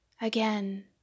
Again